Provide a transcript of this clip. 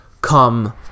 come